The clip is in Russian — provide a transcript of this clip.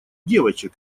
девочек